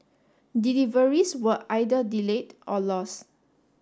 deliveries were either delayed or lost